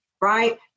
Right